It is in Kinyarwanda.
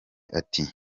ati